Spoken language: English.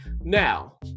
Now